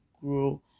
grow